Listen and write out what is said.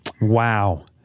Wow